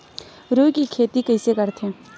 रुई के खेती कइसे करथे?